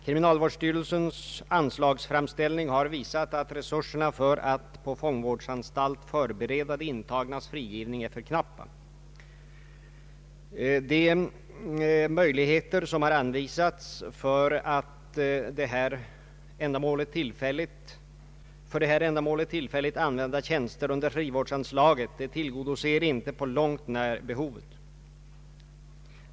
Kriminalvårdsstyrelsens anslagsframställning har visat att resurserna för att på fångvårdsanstalt förbereda de intagnas frigivning är för knappa. De möjligheter som har anvisats, genom att för det här ändamålet tillfälligt använda tjänster under frivårdsanslaget tillgodoser inte på långt när behovet.